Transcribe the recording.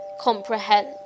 comprehend